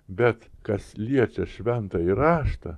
bet kas liečia šventąjį raštą